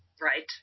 Right